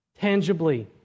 tangibly